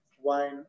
wine